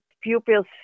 pupils